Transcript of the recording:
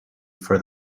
for